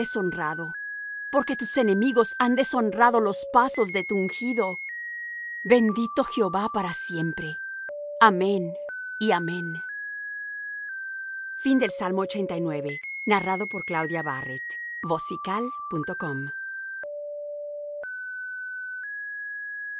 porque tus enemigos han deshonrado los pasos de tu ungido bendito jehová para siempre amén y amén oración de